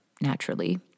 naturally